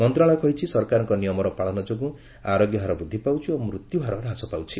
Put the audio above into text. ମନ୍ତ୍ରଣାଳୟ କହିଛି ସରକାରଙ୍କ ନିୟମର ପାଳନ ଯୋଗୁଁ ଆରୋଗ୍ୟ ହାର ବୃଦ୍ଧି ପାଉଛି ଓ ମୃତ୍ୟୁହାର ହ୍ରାସ ପାଉଛି